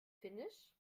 finnisch